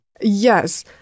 Yes